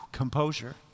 Composure